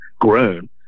grown